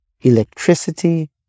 electricity